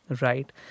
right